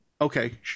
okay